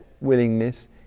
willingness